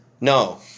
No